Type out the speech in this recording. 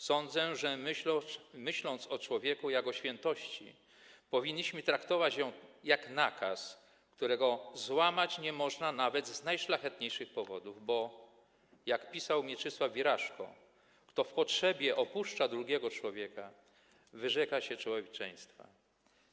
Sądzę, że myśląc o człowieku jak o świętości, powinniśmy traktować ją jak nakaz, którego złamać nie można nawet z najszlachetniejszych powodów, bo, jak pisał Mieczysław Wiraszko, kto w potrzebie opuszcza drugiego człowieka, wyrzeka się człowieczeństwa.